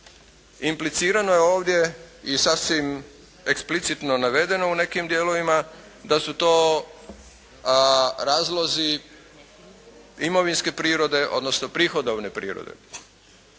Implicirano je ovdje i sasvim eksplicitno navedeno u nekim dijelovima da su to razlozi imovinske prirode, odnosno prihodovne prirode.